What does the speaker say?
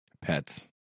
Pets